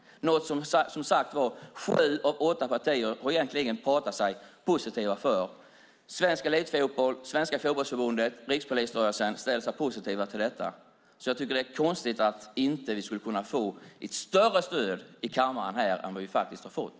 Sju av åtta partier är positiva till det. Svensk Elitfotboll, Svenska Fotbollförbundet och Rikspolisstyrelsen ställer sig positiva till detta. Det är konstigt att vi inte kan få ett större stöd i kammaren än vad vi har fått.